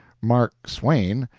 mark twain,